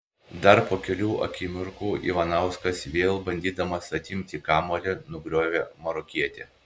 dar po kelių akimirkų ivanauskas vėl bandydamas atimti kamuolį nugriovė marokietį